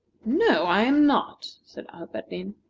no, i am not, said alberdin.